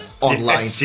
online